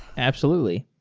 absolutely.